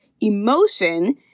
emotion